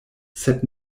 sed